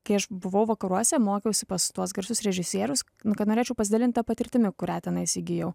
kai aš buvau vakaruose mokiausi pas tuos garsius režisierius kad norėčiau pasidalint ta patirtimi kurią tenais įgijau